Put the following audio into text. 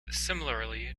similarly